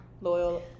Loyal